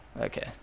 Okay